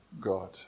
God